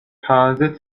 تازه